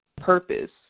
purpose